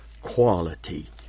quality